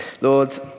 Lord